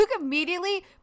immediately